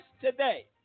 today